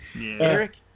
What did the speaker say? Eric